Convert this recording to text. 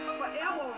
forever